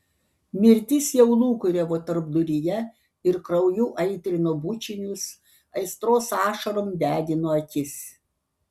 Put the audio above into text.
mirtis jau lūkuriavo tarpduryje ir krauju aitrino bučinius aistros ašarom degino akis